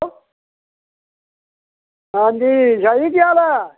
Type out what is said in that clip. आं जी शाह् जी केह् हाल ऐ